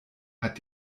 hat